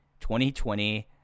2020